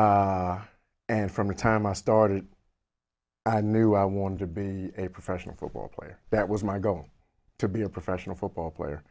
region and from the time i started i knew i wanted to be a professional football player that was my go to be a professional football player